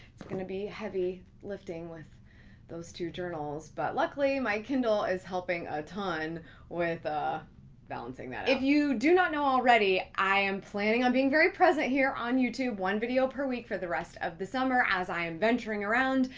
it's gonna be heavy lifting with those two journals, but luckily, my kindle is helping a ton with ah balancing that out. if you do not know already, i am planning on being very present here on youtube. one video per week for the rest of the summer as i am venturing around.